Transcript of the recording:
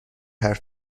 حرف